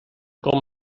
com